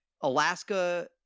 Alaska